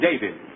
David